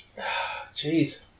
Jeez